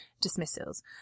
dismissals